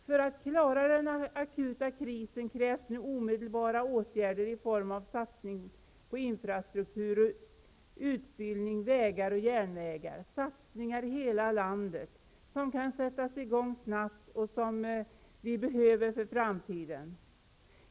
För att klara denna akuta kris krävs nu omedelbara åtgärder i form av satsning på infrastruktur: utbildning, vägar och järnvägar. Det gäller satsningar i hela landet som kan sättas i gång snabbt och som ger oss sådant som vi behöver för framtiden.